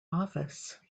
office